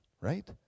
right